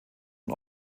und